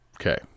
Okay